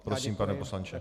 Prosím, pane poslanče.